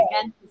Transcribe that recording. again